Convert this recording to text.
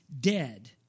dead